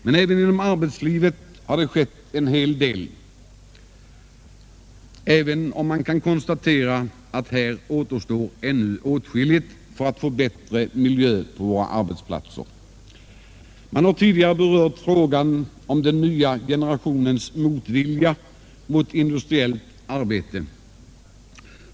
Också inom arbetslivet har det skett en hel del, även om man kan konstatera att det ännu återstår åtskilligt för att få en bättre miljö på arbetsplatserna. Här har tidigare berörts frågan om den nya generationens motvilja mot industriellt arbete.